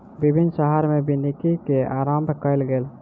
विभिन्न शहर में वानिकी के आरम्भ कयल गेल